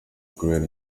kubera